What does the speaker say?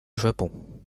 japon